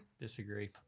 Disagree